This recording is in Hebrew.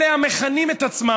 אלה המכנים את עצמם,